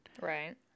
Right